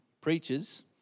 preachers